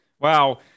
Wow